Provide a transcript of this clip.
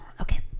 okay